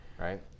right